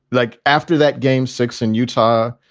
like after that game six in utah,